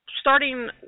starting